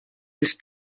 els